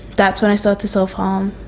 that's when i started to self-harm,